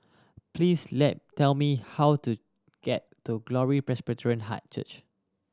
please let tell me how to get to Glory Presbyterian Church